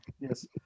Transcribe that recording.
Yes